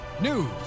news